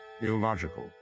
illogical